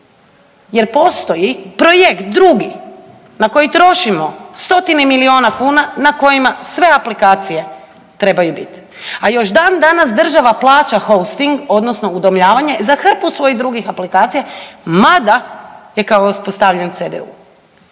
jer postoji projekt drugi na koji trošimo stotine milijuna kuna na kojima sve aplikacije trebaju biti. A još dan danas država plaća Hosting, odnosno udomljavanje za hrpu drugih svojih aplikacija mada je kao uspostavljen CDU.